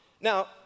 Now